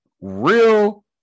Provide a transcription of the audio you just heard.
real